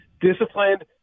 disciplined